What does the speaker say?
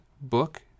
book